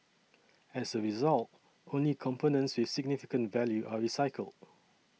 as a result only components with significant value are recycled